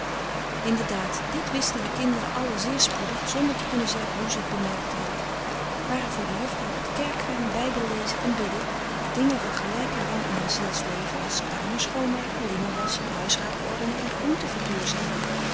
inderdaad dit wisten de kinderen allen zeer spoedig zonder te frederik van eeden van de koele meren des doods kunnen zeggen hoe ze t bemerkt hadden waren voor de juffrouw het kerkgaan bijbellezen en bidden dingen van gelijken rang in haar zielsleven als kamers schoonmaken linnen wasschen huisraad ordenen en groenten verduurzamen